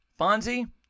Fonzie